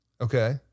Okay